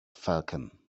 falcon